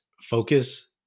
focus